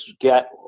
get